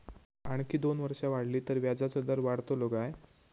आणखी दोन वर्षा वाढली तर व्याजाचो दर वाढतलो काय?